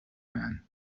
man